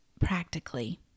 practically